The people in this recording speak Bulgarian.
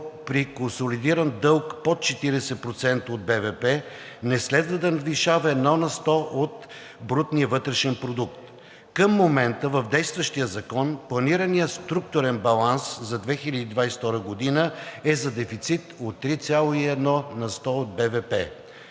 при консолидиран дълг под 40% от БВП, не следва да надвишава 1% от брутния вътрешен продукт. Към момента в действащия закон планираният структурен баланс за 2022 г. е за дефицит от 3,1% от БВП.